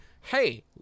hey